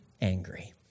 angry